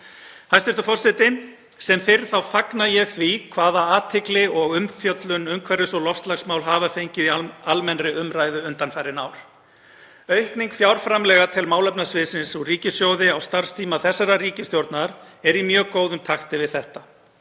Hæstv. forseti. Sem fyrr fagna ég því hvaða athygli og umfjöllun umhverfis- og loftslagsmál hafa fengið í almennri umræðu undanfarin ár. Aukning fjárframlaga til málefnasviðsins úr ríkissjóði á starfstíma þessarar ríkisstjórnar er í mjög góðum takti við þetta.